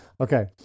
Okay